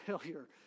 failure